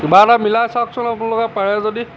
কিবা এটা মিলাই চাওকচোন আপোনালোকে পাৰে যদি